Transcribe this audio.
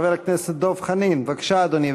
חבר הכנסת דב חנין, בבקשה, אדוני.